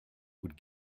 would